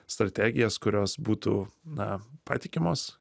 strategijas kurios būtų na patikimos